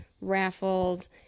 raffles